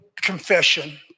confession